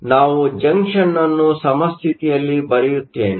ಆದ್ದರಿಂದ ನಾನು ಜಂಕ್ಷನ್ ಅನ್ನು ಸಮಸ್ಥಿತಿಯಲ್ಲಿ ಬರೆಯುತ್ತೇನೆ